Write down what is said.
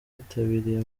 yitabiriye